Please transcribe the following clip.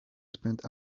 spend